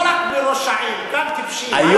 סתם טיפשים.